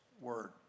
word